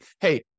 hey